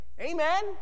Amen